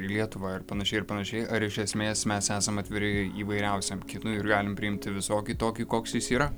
lietuvą ir panašiai ir panašiai ar iš esmės mes esam atviri įvairiausiam kinui ir galim priimti visokį tokį koks jis yra